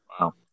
Wow